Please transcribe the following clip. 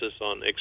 on